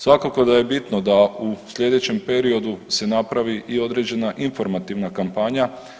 Svakako da je bitno da u sljedećem periodu se napravi i određena informativna kampanja.